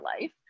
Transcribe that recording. life